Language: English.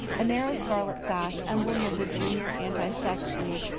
a narrow scarlet sash, emblem of the junior anti-sex league,